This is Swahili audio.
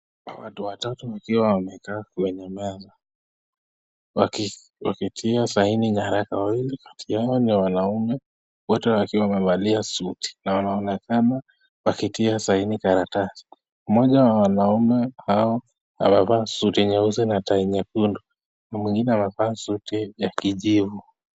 Watu watatu wakiwa wamekaa kwenye meza, wakitia saini, wawili kati yao ni wanaume wote wakiwa wamevalia suti na wanaonekana wakitia saini karatasi, mmoja wa wanaume hao amevaa suti nyeusi na tai nyekundu na mwingine amevaa suti ya kijivu.